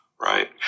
Right